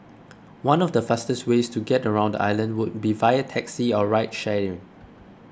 one of the fastest ways to get around the island would be via taxi or ride sharing